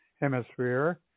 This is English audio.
Hemisphere